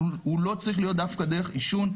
הוא לא צריך להיות דווקא דרך עישון,